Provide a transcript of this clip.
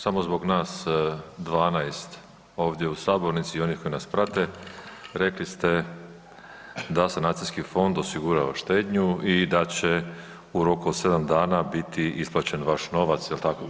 Samo zbog nas 12 ovdje u sabornici i onih koji nas prate, rekli ste da sanacijski fond osigurava štednju i da će u roku od 7 dana biti isplaćen vaš novac, je li tako?